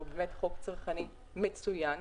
אבל הוא חוק צרכני מצוין.